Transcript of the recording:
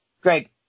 Greg